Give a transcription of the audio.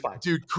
dude